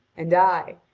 and i,